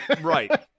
Right